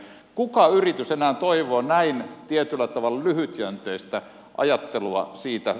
mikä yritys enää toivoo näin tietyllä tavalla lyhytjänteistä ajattelua siitä